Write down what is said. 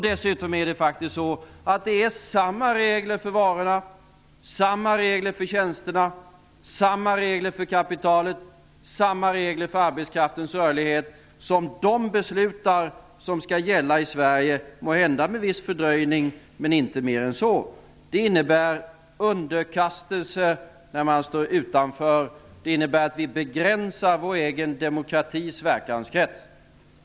Det är faktiskt samma regler för varorna, samma regler för tjänsterna, samma regler för kapitalet, samma regler för arbetskraftens rörlighet som beslutas som skall gälla i Sverige, måhända med viss fördröjning men inte mer än så. Det innebär underkastelse när man står utanför. Det innebär att vi begränsar vår egen demokratis verkanskrets.